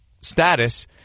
Status